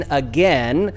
again